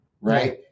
right